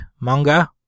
manga